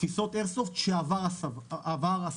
תפיסת איירסופט שעבר הסבה.